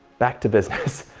back to business,